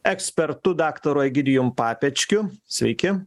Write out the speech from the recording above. ekspertu daktaru egidijum papečkiu sveiki